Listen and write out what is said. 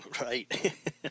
Right